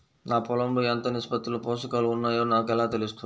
నా పొలం లో ఎంత నిష్పత్తిలో పోషకాలు వున్నాయో నాకు ఎలా తెలుస్తుంది?